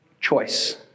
choice